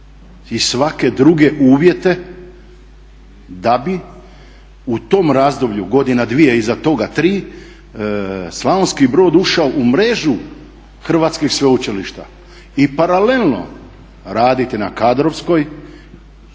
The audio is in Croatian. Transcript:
i svake druge uvjete da bi u tom razdoblju godina, dvije iza toga, tri, Slavonski Brod ušao u mrežu hrvatskih sveučilišta i paralelno raditi na kadrovskoj